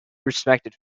respected